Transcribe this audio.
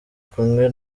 kumwe